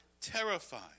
terrified